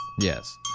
yes